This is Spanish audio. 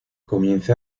comienza